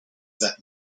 that